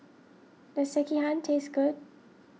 does Sekihan taste good